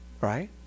right